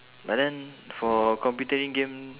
but then for computering game